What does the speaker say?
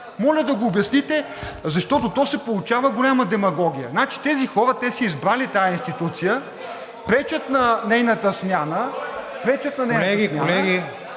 Моля да го обясните, защото се получава голяма демагогия. Значи, тези хора са избрали тази институция, пречат на нейната смяна, а след това казват, че са